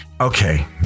okay